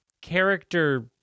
character